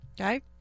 okay